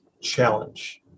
challenge